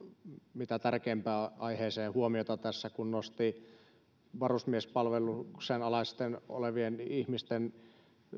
mitä tärkeimpään aiheeseen huomiota tässä kun nosti varusmiespalveluksen alaisina olevien ihmisten